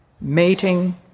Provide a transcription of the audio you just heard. Mating